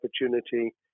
opportunity